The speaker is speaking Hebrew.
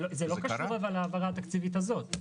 אבל זה לא קשור להעברה התקציבית הזאת.